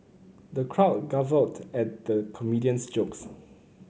the crowd guffawed at the comedian's jokes